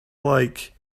like